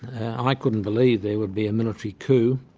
i couldn't believe there would be a military coup.